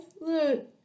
Look